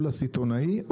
או לסיטונאי,